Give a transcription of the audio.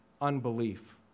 unbelief